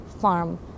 farm